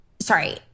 Sorry